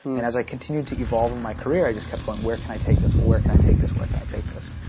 and as i continued to evolve in my career, i just kept going, where can i take this? where where can i take this? where can i take this?